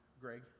Greg